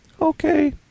Okay